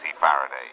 Faraday